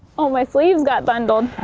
oh, my sleeves got bundled.